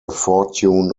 fortune